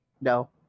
No